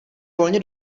volně